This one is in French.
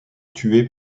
tué